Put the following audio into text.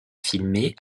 filmée